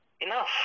enough